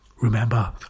remember